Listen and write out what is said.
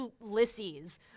Ulysses